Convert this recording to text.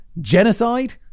Genocide